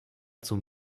zum